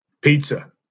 Pizza